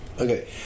Okay